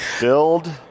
Build